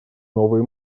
новые